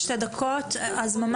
דקות.